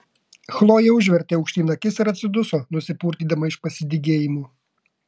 chlojė užvertė aukštyn akis ir atsiduso nusipurtydama iš pasidygėjimo